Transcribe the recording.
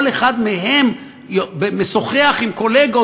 כל אחד מהם משוחח עם קולגות,